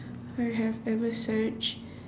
I have ever searched